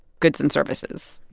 goods and services?